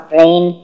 rain